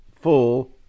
full